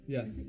Yes